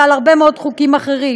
ועל הרבה מאוד חוקים אחרים,